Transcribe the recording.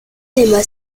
emma